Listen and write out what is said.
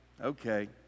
okay